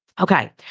Okay